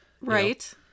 Right